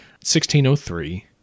1603